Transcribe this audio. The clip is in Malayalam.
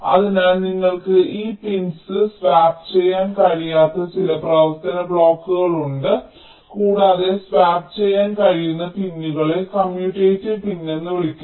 അതിനാൽ നിങ്ങൾക്ക് ഈ പിൻസ് സ്വാപ്പ് ചെയ്യാൻ കഴിയാത്ത ചില പ്രവർത്തന ബ്ലോക്കുകളുണ്ട് കൂടാതെ സ്വാപ്പ് ചെയ്യാൻ കഴിയുന്ന പിൻകളെ കമ്മ്യൂട്ടേറ്റീവ് പിൻ എന്ന് വിളിക്കുന്നു